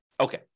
Okay